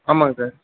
ஆமாம்ங்க சார்